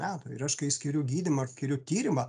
metų ir aš kai skiriu gydymą kiriu tyrimą